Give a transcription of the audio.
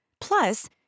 Plus